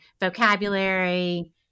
vocabulary